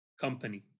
company